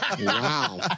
Wow